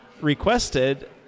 requested